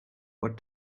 what